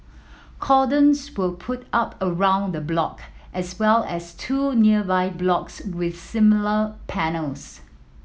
cordons were put up around the block as well as two nearby blocks with similar panels